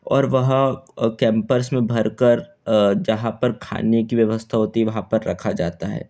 और वह अ कैंपर्स में भर कर जहाँ पर खाने की व्यवस्था होती है वहाँ पर रखा जाता है